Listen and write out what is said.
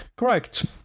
Correct